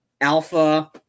alpha